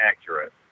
accurate